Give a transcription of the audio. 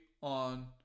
on